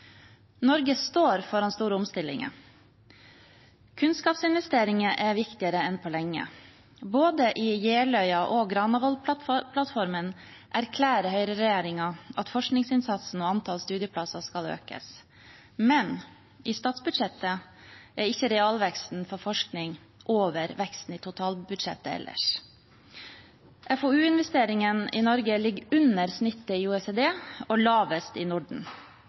Norge står foran store omstillinger. Kunnskapsinvesteringer er viktigere enn på lenge. Både i Jeløya-plattformen og i Granavolden-plattformen erklærer høyreregjeringen at forskningsinnsatsen og antall studieplasser skal økes, men i statsbudsjettet er ikke realveksten for forskning over veksten i totalbudsjettet ellers. FoU-investeringene i Norge ligger under snittet i OECD og lavest i Norden.